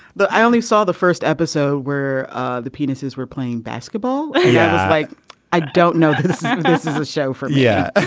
but i only saw the first episode where the penises were playing basketball. yeah it's like i don't know. this is a show for me. yeah.